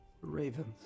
Ravens